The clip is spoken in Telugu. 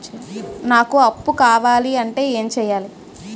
నాకు అప్పు కావాలి అంటే ఎం చేయాలి?